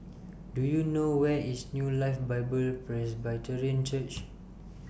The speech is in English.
Do YOU know Where IS New Life Bible Presbyterian Church